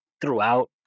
throughout